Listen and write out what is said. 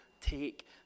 take